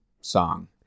song